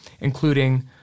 including